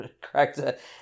correct